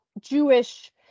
Jewish